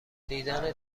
دیدن